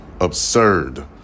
absurd